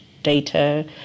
data